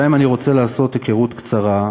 להם אני רוצה לעשות היכרות קצרה,